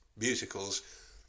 musicals